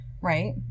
right